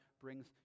brings